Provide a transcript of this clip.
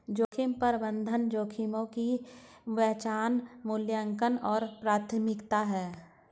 जोखिम प्रबंधन जोखिमों की पहचान मूल्यांकन और प्राथमिकता है